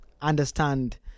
understand